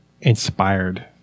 inspired